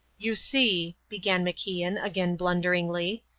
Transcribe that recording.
you see, began macian, again blunderingly,